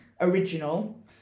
original